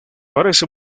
parece